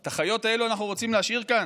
את החיות האלו אנחנו רוצים להשאיר כאן?